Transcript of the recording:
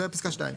זה פסקה (2).